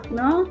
no